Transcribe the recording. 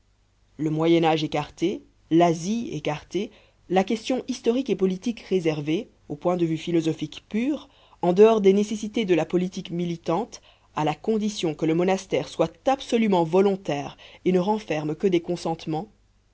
le moyen-âge écarté l'asie écartée la question historique et politique réservée au point de vue philosophique pur en dehors des nécessités de la politique militante à la condition que le monastère soit absolument volontaire et ne renferme que des consentements